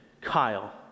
Kyle